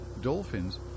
Dolphins